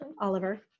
oliver